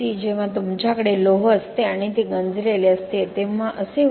जेव्हा तुमच्याकडे लोह असते आणि ते गंजलेले असते तेव्हा असे होते